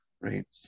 right